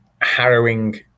harrowing